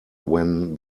when